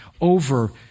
over